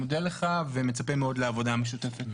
מודה לך ומצפה מאוד לעבודה המשותפת.